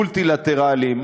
מולטילטרליים,